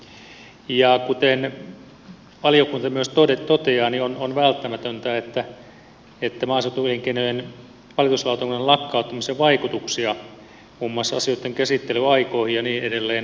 ja kuten valiokunta myös toteaa on välttämätöntä että maaseutuelinkeinojen valituslautakunnan lakkauttamisen vaikutuksia muun muassa asioitten käsittelyaikoihin ja niin edelleen seurataan